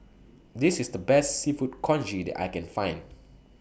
This IS The Best Seafood Congee that I Can Find